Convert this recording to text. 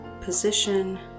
position